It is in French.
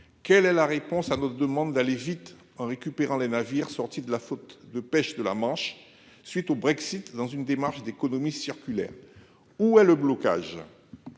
quelle est la réponse à notre demande d'aller vite en récupérant les navires sorti de la faute de pêche de La Manche suite au Brexit dans une démarche d'économie circulaire où est le blocage.